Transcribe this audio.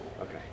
Okay